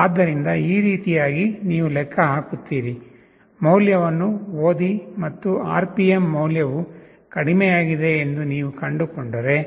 ಆದ್ದರಿಂದ ಈ ರೀತಿಯಾಗಿ ನೀವು ಲೆಕ್ಕ ಹಾಕುತ್ತೀರಿ ಮೌಲ್ಯವನ್ನು ಓದಿ ಮತ್ತು RPM ಮೌಲ್ಯವು ಕಡಿಮೆಯಾಗಿದೆ ಎಂದು ನೀವು ಕಂಡುಕೊಂಡರೆ